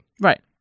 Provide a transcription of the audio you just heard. Right